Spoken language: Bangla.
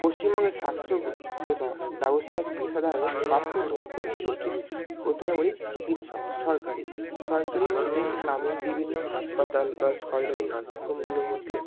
পশ্চিমবঙ্গে স্বাস্থ্যসেবা ব্যবস্থায় পেশাদার প্রাপ্যতা খুবই জটিল প্রথমে বলি চিকিৎসক সরকারি সরকারি মধ্যে গ্রামীণ বিভিন্ন হাসপাতাল বা সরকারি নার্সিংহোমগুলির মধ্যে